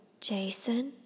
Jason